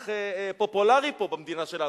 הח"כית, תהיה לה זכות לפי התקנון לבקש להשיב לך.